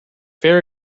fair